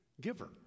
giver